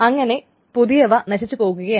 അങ്ങനെ പുതിയവ നശിച്ചു പോകുകയാണ്